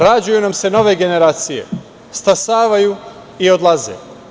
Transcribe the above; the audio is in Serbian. Rađaju nam se nove generacije, stasavaju i odlaze.